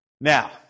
Now